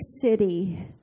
city